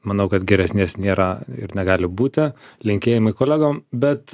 manau kad geresnės nėra ir negali būti linkėjimai kolegom bet